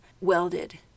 welded